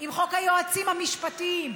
עם חוק היועצים המשפטיים,